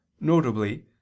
notably